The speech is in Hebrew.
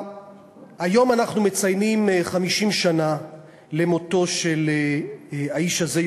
היום אנחנו מציינים 50 שנה למותו של האיש הזה,